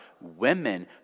women